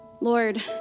Lord